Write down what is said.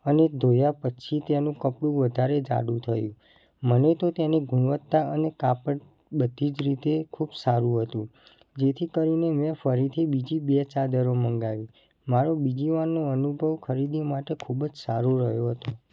અને ધોયા પછી તેનું કપડું વધારે જાડું થયું મને તો તેની ગુણવત્તા અને કાપડ બધી જ રીતે ખૂબ સારું હતું જેથી કરીને મેં ફરીથી બીજી બે ચાદરો મગાવી મારો બીજી વારનો અનુભવ ખરીદી માટે ખૂબ જ સારો રહ્યો હતો